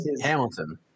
Hamilton